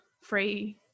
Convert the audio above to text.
free